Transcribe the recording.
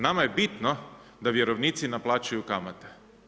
Nama je bitno da vjerovnici naplaćuju kamate.